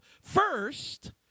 first